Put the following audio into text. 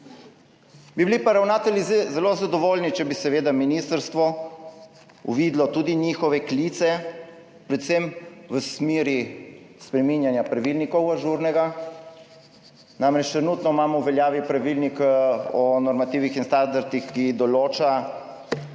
Bi bili pa ravnatelji zelo zadovoljni, če bi seveda ministrstvo uvidelo tudi njihove klice, predvsem v smeri ažurnega spreminjanja pravilnikov, trenutno imamo namreč v veljavi pravilnik o normativih in standardih, ki določa, da